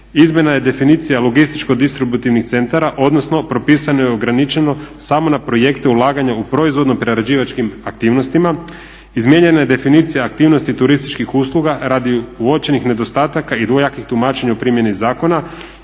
izmjena je definicije logističko distributivnih centara odnosno propisano je ograničeno samo na projekte ulaganja u proizvodno prerađivačkim aktivnostima, izmijenjana je definicija aktivnosti turističkih usluga radi uočenih nedostataka i dvojakih tumačenja u primjeni zakona,